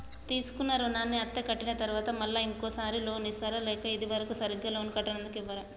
తీసుకున్న రుణాన్ని అత్తే కట్టిన తరువాత మళ్ళా ఇంకో సారి లోన్ ఇస్తారా లేక ఇది వరకు సరిగ్గా లోన్ కట్టనందుకు ఇవ్వరా?